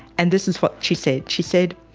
and this is what she said, she said,